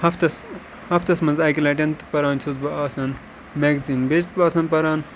ہَفتَس ہَفتَس منٛز اَکہِ لَٹہِ تہٕ پَران چھُس بہٕ آسان میٚکزیٖن بیٚیہِ چھُس بہٕ آسان پَران